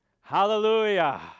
Hallelujah